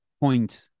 point